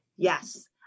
Yes